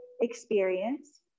experience